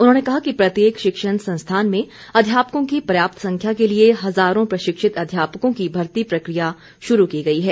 उन्होंने कहा कि प्रत्येक शिक्षण संस्थान में अध्यापकों की पर्याप्त संख्या के लिए हज़ारों प्रशिक्षित अध्यापकों की भर्ती प्रक्रिया शुरू की गई है